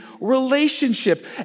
relationship